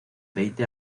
veinte